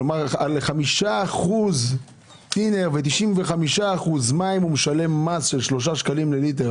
כלומר 5% ו-95% מים משלם מס של 3 שקלים לליטר,